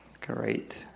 Great